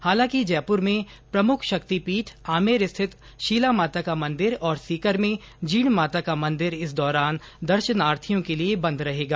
हालांकि जयपुर में प्रमुख शक्ति पीठ आमेर स्थित शिला माता का मंदिर और सीकर में जीण माता का मंदिर इस दौरान दर्शनार्थियों के लिए बंद रहेगा